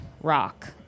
rock